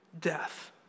death